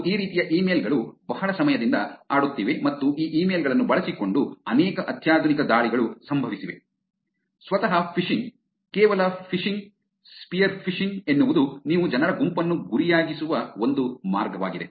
ಮತ್ತು ಈ ರೀತಿಯ ಇಮೇಲ್ ಗಳು ಬಹಳ ಸಮಯದಿಂದ ಆಡುತ್ತಿವೆ ಮತ್ತು ಈ ಇಮೇಲ್ ಗಳನ್ನು ಬಳಸಿಕೊಂಡು ಅನೇಕ ಅತ್ಯಾಧುನಿಕ ದಾಳಿಗಳು ಸಂಭವಿಸಿವೆ ಸ್ವತಃ ಫಿಶಿಂಗ್ ಕೇವಲ ಫಿಶಿಂಗ್ ಸ್ಪಿಯರ್ ಫಿಶಿಂಗ್ ಎನ್ನುವುದು ನೀವು ಜನರ ಗುಂಪನ್ನು ಗುರಿಯಾಗಿಸುವ ಒಂದು ಮಾರ್ಗವಾಗಿದೆ